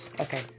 okay